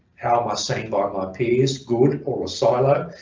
how am i seen by my peers good or a silo?